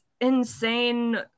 insane